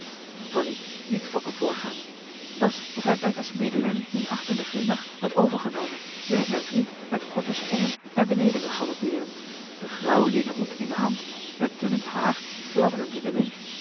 tonie liet fokke voorgaan t was of hij bertha's medelijdend minachtenden glimlach had overgenomen nu hij zijn vriend met korte sprongen naar beneden zag galoppeeren den grauw linnen hoed in de hand het dunnend haar fladderend in den wind